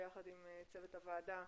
ביחד עם צוות הוועדה,